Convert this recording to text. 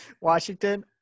Washington